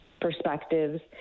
perspectives